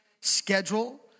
schedule